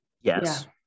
Yes